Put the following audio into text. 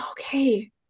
okay